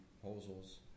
proposals